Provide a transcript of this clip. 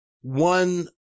one